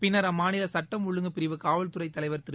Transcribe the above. பின்னர் அம்மாநில சுட்டம் ஒழுங்கு பிரிவு காவல்துறை தலைவர் திரு